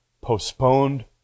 postponed